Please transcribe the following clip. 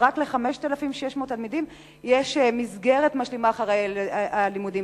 אבל רק ל-5,600 תלמידים יש מסגרת משלימה אחרי הלימודים.